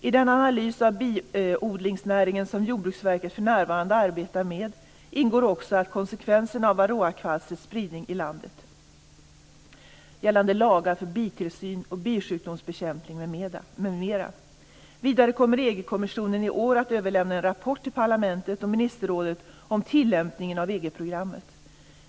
I den analys av biodlingsnäringen som Jordbruksverket för närvarande arbetar med ingår också konsekvenserna av varraoakvalstrets spridning i landet gällande lagar för bitillsyn och bisjukdomsbekämpning m.m. Vidare kommer EG kommissionen i år att överlämna en rapport till parlamentet och ministerrådet om tillämpningen av EG programmet.